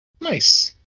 Nice